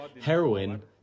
heroin